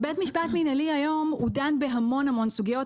היום בית משפט מנהלי דן בהמון סוגיות.